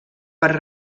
per